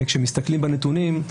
כשמסתכלים בנתונים,